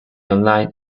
online